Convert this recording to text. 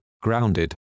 grounded